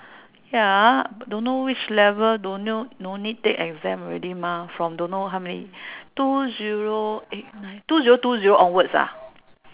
ya don't know which level don't know no need take exam already mah from don't know how many two zero eight nine two zero two zero onwards ah